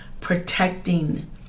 protecting